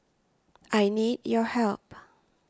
I need your help